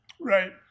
Right